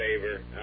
favor